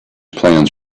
plans